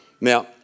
Now